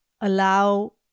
allow